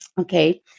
Okay